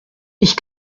ich